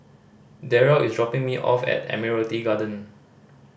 Derrell is dropping me off at Admiralty Garden